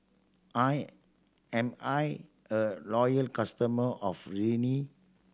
I am I a loyal customer of Rene